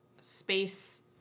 space